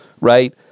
Right